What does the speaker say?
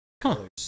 colors